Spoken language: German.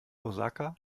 osaka